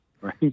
right